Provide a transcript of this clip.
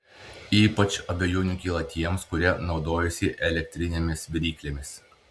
ypač abejonių kyla tiems kurie naudojasi elektrinėmis viryklėmis